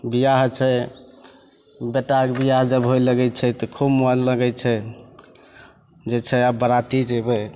बिआह छै बेटाके बिआह जब होइ लगै छै तऽ खूब मोन लगै छै जे छै आब बराती जएबै